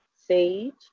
Sage